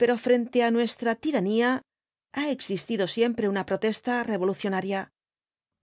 pero frente á nuestra tiranía ha existido siempre una protesta revolucionaria